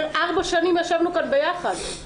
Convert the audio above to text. ארבע שנים ישבנו כאן ביחד,